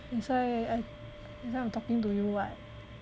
that's why I that's why I'm talking to you [what]